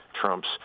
Trump's